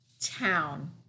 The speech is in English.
town